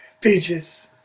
Peaches